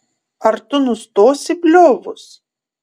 ar tu nustosi bliovus